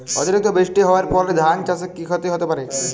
অতিরিক্ত বৃষ্টি হওয়ার ফলে ধান চাষে কি ক্ষতি হতে পারে?